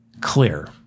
clear